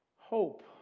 Hope